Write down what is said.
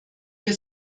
wir